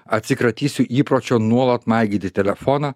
atsikratysiu įpročio nuolat maigyti telefoną